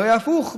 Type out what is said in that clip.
הרי הפוך,